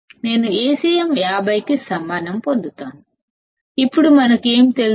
మనం Acm విలువ 50 పొందుతాము ఇప్పుడు మనకు ఏమి తెలుసు